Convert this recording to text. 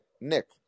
Nick